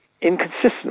inconsistent